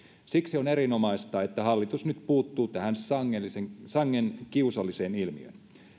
siksi on erinomaista että hallitus nyt puuttuu tähän sangen kiusalliseen ilmiöön